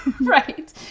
Right